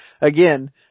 again